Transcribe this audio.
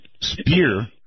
spear